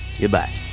goodbye